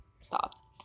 stopped